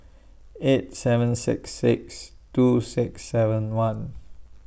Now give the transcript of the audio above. eight seven six six two six seven one